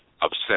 upset